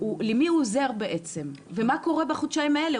למי הוא עוזר בעצם ומה קורה בחודשיים האלה?